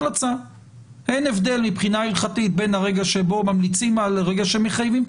אין הבדל מבחינה הלכתית בין הרגע שבו ממליצים לרגע שמחייבים.